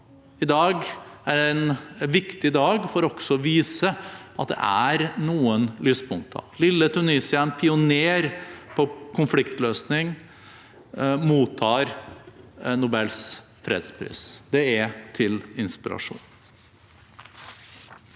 er dagen i dag en viktig dag for også å vise at det er noen lyspunkter. Lille Tunisia, en pioner på konfliktløsning, mottar Nobels fredspris. Det er til inspirasjon.